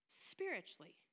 spiritually